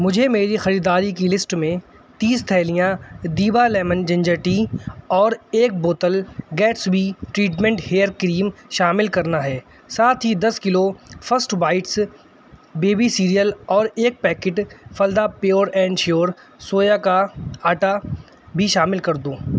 مجھے میری خریداری کی لسٹ میں تیس تھیلیاں دیبھا لیمن جنجر ٹی اور ایک بوتل گیٹسبی ٹریٹمنٹ ہیئر کریم شامل کرنا ہے ساتھ ہی دس kilo first bites baby cereal اور ایک پیکٹ فلدا پیور اینڈ شیور سویا کا آٹا بھی شامل کر دو